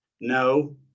No